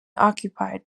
occupied